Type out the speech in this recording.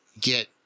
get